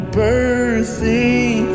birthing